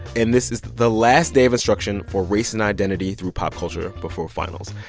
and this is the last day of instruction for race and identity through pop culture before finals.